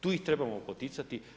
Tu ih trebamo poticati.